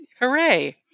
Hooray